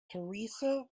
teresa